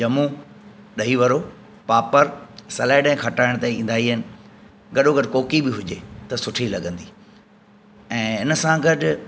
ॼमूं ॾही वड़ो पापड़ सेलैड ऐं खटाइण त ईंदा ई आहिनि गॾो गॾु कोकी बि हुजे त सुठी लॻंदी ऐं इनसां गॾु